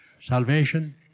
salvation